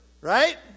Right